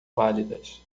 válidas